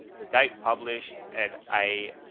the date published, and i.